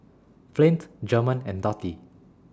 Flint German and Dottie